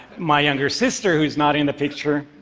my younger sister, who's not in the picture,